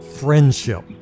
friendship